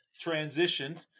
transition